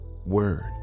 word